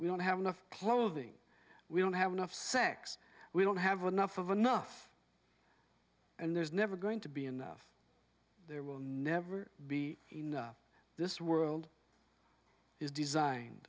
we don't have enough clothing we don't have enough sex we don't have enough of enough and there's never going to be enough there will never be enough this world is designed